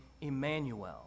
Emmanuel